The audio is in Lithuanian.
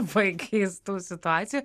labai keistų situacijų